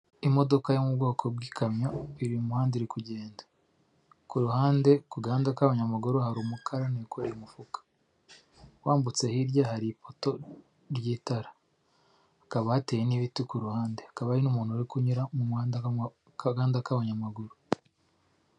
Imodoka yo mu bwoko bw'ikamyo iri mu muhanda iri kugenda, ku ruhande kugahanda k'abanyamaguru hari umukarani wikoreye umufuka, wambutse hirya hari ipoto ry'itara hakaba hateye n'ibiti, ku ruhande hakaba hari n'umuntu uri kunyura mu gahanda k'abanyamaguru.